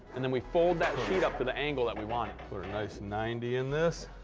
and then we fold that sheet up to the angle that we want. put a nice ninety in this.